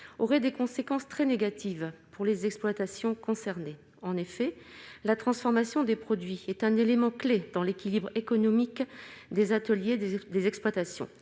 aurait des conséquences très négatives pour les exploitations concernées, en effet, la transformation des produits est un élément clé dans l'équilibre économique des ateliers, des exploitations,